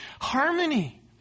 harmony